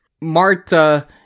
Marta